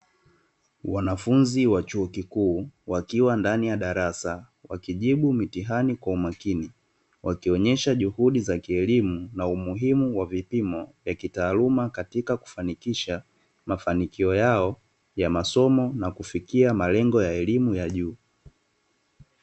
Wanafunzi wa chuo kikuu wakiwa ndani ya darasa wakijibu mitihani kwa umakini. Wakionyesha juhudi za kielimu na umuhimu wa vipimo vya kitaaluma katika kufanikisha mafanikio yao ya masomo na kufikia malengo ya elimu ya juu.